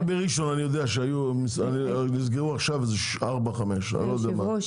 אני יודע שרק בראשון נסגרו עכשיו ארבעה-חמישה סניפים.